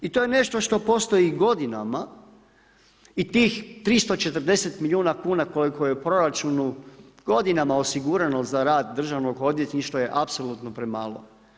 I to je nešto što postoji godinama i tih 340 milijuna kuna koliko je u proračunu godinama osigurano za rad državnog odvjetništva je apsolutno premalo.